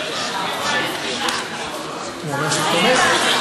הוא אומר שהוא תומך.